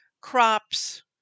crops